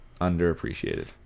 underappreciated